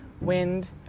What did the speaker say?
wind